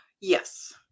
Yes